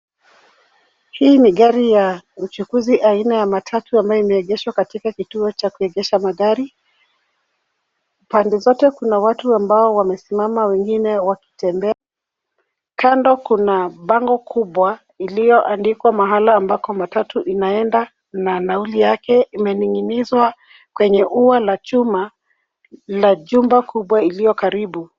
Hii ni gari ya uchukuzi aina ya matatu ambayo imeegeshwa katika kituo cha kuegesha magari. Pande zote kuna watu ambao wamesimama wengine wakitembea. Kando kuna bango kubwa iliyoandikwa mahali ambako matatu inaenda na nauli yake imening'inizwa kwenye ua la chuma la jumba kubwa iliyo karibu.